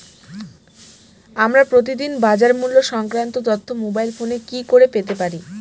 আমরা প্রতিদিন বাজার মূল্য সংক্রান্ত তথ্য মোবাইল ফোনে কি করে পেতে পারি?